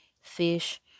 fish